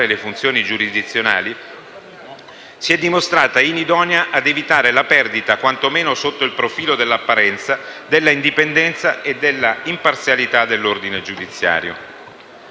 funzioni giurisdizionali, si è dimostrata inidonea ad evitare la perdita, quantomeno sotto i profili dell'apparenza, dell'indipendenza e dell'imparzialità dell'ordine giudiziario.